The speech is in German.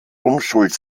unschuld